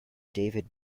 david